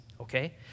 okay